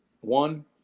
One